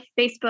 Facebook